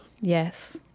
yes